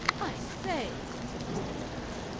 i say! said mr. ramage.